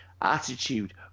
attitude